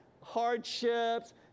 hardships